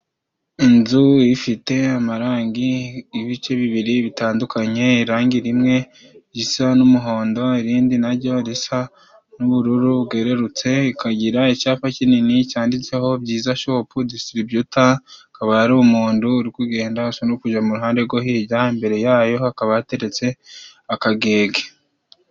Inzu ifite amarangi g'ibice bibiri bitandukanye. Irangi rimwe risa n'umuhondo, irindi na ryo risa n'ubururu bwerutse. Ikagira icyapa kinini cyanditseho Byiza shopu disitiribiyuta. Akaba ari umundu urikugenda asa n'uri kuja mu ruhande rwo hirya, imbere yayo hakaba hateretse akagege.